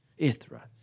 Ithra